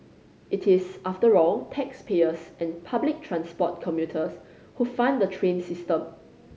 it is after all taxpayers and public transport commuters who fund the train system